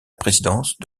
présidence